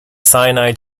cyanide